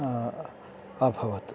अभवत्